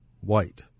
white